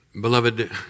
Beloved